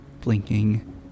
blinking